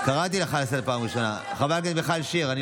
אבל